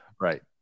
Right